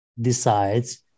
decides